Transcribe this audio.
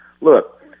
look